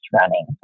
running